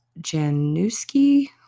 Januski